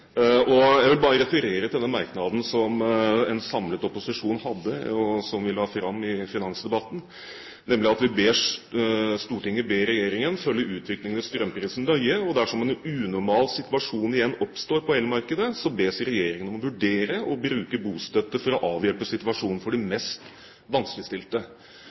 Jeg vil referere til den merknaden som en samlet opposisjon hadde i finansinnstillingen, og også til det forslaget vi fremmet i finansdebatten: «Stortinget ber regjeringen følge utviklingen i strømprisen nøye, og dersom en unormal situasjon igjen oppstår på elektrisitetsmarkedet, bes regjeringen vurdere å bruke bostøtte for å avhjelpe situasjonen for de mest vanskeligstilte.»